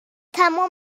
تمام